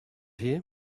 here